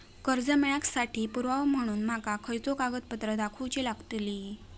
कर्जा मेळाक साठी पुरावो म्हणून माका खयचो कागदपत्र दाखवुची लागतली?